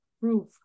proof